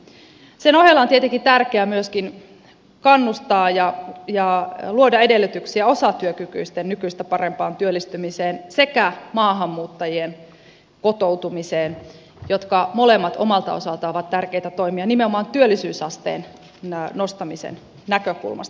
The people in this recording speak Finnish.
sen ohella on tietenkin tärkeää myöskin kannustaa ja luoda edellytyksiä osatyökykyisten nykyistä parempaan työllistymiseen sekä maahanmuuttajien kotoutumiseen jotka molemmat omalta osaltaan ovat tärkeitä toimia nimenomaan työllisyysasteen nostamisen näkökulmasta